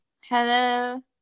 Hello